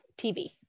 TV